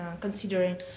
considering